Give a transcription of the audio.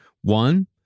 one